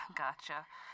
gotcha